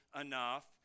enough